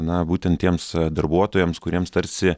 na būtent tiems darbuotojams kuriems tarsi